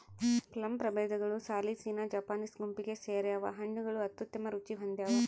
plum ಪ್ರಭೇದಗಳು ಸಾಲಿಸಿನಾ Japanese ಗುಂಪಿಗೆ ಸೇರ್ಯಾವ ಹಣ್ಣುಗಳು ಅತ್ಯುತ್ತಮ ರುಚಿ ಹೊಂದ್ಯಾವ